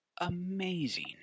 amazing